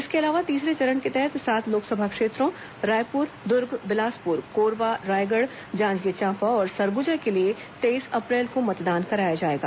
इसके अलावा तीसरे चरण के तहत सात लोकसभा क्षेत्रों रायपुर दुर्ग बिलासपुर कोरबा रायगढ़ जांजगीर चांपा और सरगुजा के लिए तेईस अप्रैल को मतदान कराया जाएगा